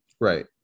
Right